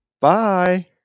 Bye